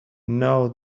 now